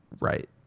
right